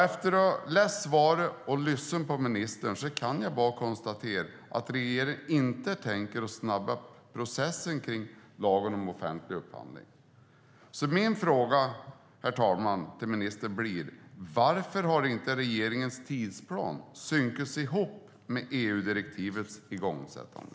Efter att ha läst svaret och lyssnat på ministern kan jag bara konstatera att regeringen inte tänker snabba upp processen kring lagen om offentlig upphandling. Min fråga, herr talman, till ministern blir: Varför har inte regeringens tidsplan synkats med EU-direktivets igångsättande?